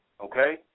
okay